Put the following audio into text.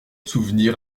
souvenir